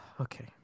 Okay